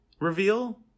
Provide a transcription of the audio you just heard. reveal